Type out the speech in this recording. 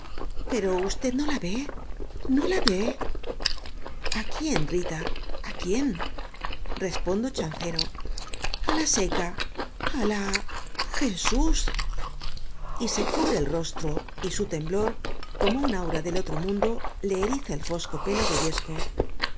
pero usted no la ve no la ve a quién rita á quién respondo chancero a la seca á la jesús y se cubre el rostro y su temblor como un aura del otro mundo le eriza el fosco pelo